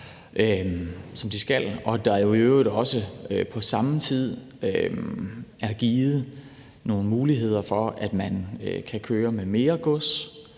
som de skal, og at der jo i øvrigt også på samme tid er givet nogle muligheder for, at man kan køre med mere gods.